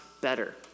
better